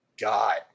God